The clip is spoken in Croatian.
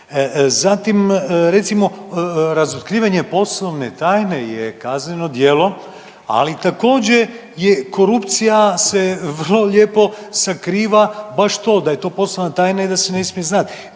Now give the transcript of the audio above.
Zatim, recimo razotkrivanje poslovne tajne je kazneno djelo, ali također korupcija se vrlo lijepo sakriva baš to da je to poslovna tajna i da se ne smije znat.